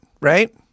right